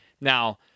Now-